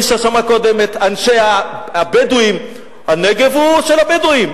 מי ששמע קודם את אנשי הבדואים: הנגב הוא של הבדואים,